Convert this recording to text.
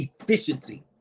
efficiency